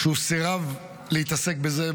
שהוא סירב להתעסק בזה.